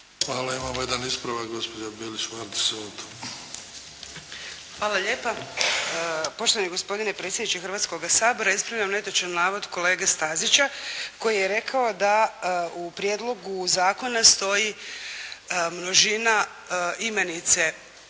Izvolite. **Bilić Vardić, Suzana (HDZ)** Hvala lijepa. Poštovani gospodine predsjedniče Hrvatskoga sabora, ispravljam netočan navod kolege Stazića, koji je rekao da u prijedlogu zakona stoji množina imenice